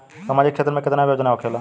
सामाजिक क्षेत्र में केतना योजना होखेला?